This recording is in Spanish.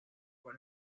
fue